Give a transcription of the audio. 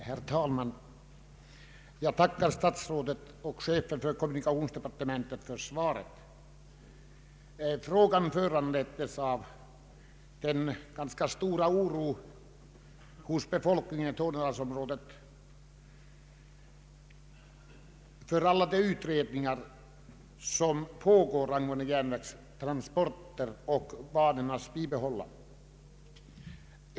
Herr talman! Jag tackar statsrådet och chefen för kommunikationsdepartementet för svaret. Frågan föranleddes av en ganska stor oro hos befolkningen i Tornedalsområdet för alla de utredningar som pågår angående järnvägstransporter och banornas bibehållande.